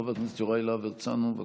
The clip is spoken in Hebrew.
חבר הכנסת יוראי להב הרצנו, בבקשה.